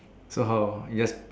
so how you just